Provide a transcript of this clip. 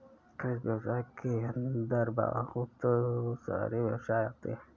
कृषि व्यवसाय के अंदर बहुत सारे व्यवसाय आते है